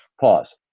pause